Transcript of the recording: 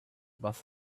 was